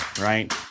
right